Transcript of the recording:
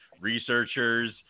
researchers